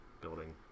building